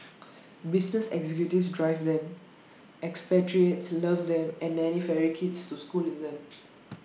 business executives drive them expatriates love them and nannies ferry kids to school in them